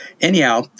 Anyhow